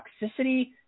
Toxicity